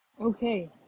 okay